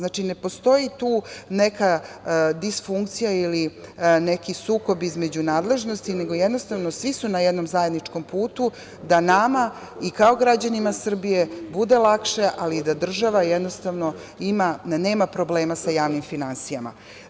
Ne postoji tu neka disfunkcija ili neki sukob između nadležnosti, nego jednostavno svi su na jednom zajedničkom putu da nama i kao građanima Srbije bude lakše, ali da država jednostavno da nema problema sa javnim finansijama.